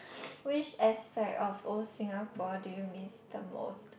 which aspect of old Singapore do you miss the most